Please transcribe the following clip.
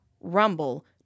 Rumble